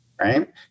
right